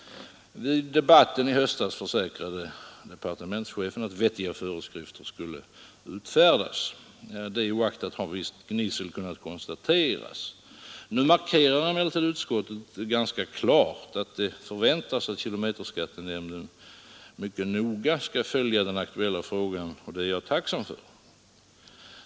Vid debatten i höstas försäkrade departementschefen att vettiga föreskrifter skulle utfärdas. Det oaktat har visst gnissel kunnat konstateras. Nu markerar emellertid utskottet ganska klart att det förväntas att kilometerskattenämnden noga skall följa den aktuella frågan, och det är jag tacksam för.